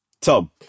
Tom